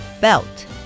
Belt